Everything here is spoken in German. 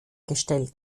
gestellt